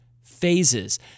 phases